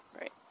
right